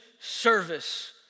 service